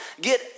get